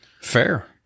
Fair